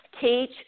teach